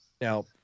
Now